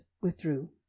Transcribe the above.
withdrew